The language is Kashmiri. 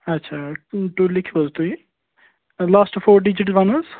اَچھا تُہۍ تُہۍ لیکھِو حظ تُہۍ لاسٹہٕ فور ڈِجِٹٕس وَنہٕ حظ